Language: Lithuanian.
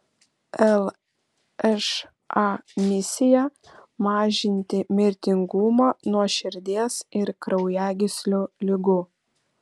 lša misija mažinti mirtingumą nuo širdies ir kraujagyslių ligų